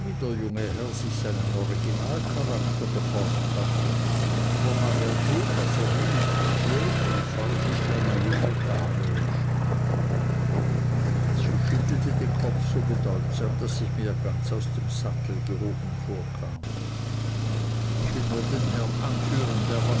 der junge herr sich seinen originalcharakter gformt hat aber mag er tun was er will jedenfalls ist eine junge damö im spiel sie schüttelte den kopf so bedeutsam daß ich mir ganz aus dem sattel gehoben vorkam ich will nur den herrn anführen